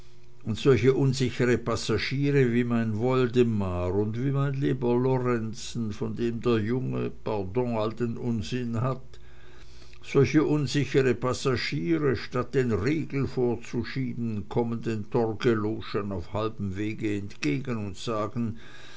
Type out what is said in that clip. und solch unsichere passagiere wie mein woldemar und wie mein lieber lorenzen von dem der junge pardon all den unsinn hat solche unsichere passagiere statt den riegel vorzuschieben kommen den torgelowschen auf halbem wege entgegen und sagen